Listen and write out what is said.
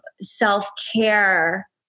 self-care